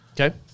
Okay